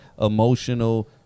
emotional